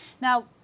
Now